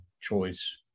choice